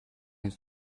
into